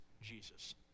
Jesus